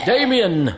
Damien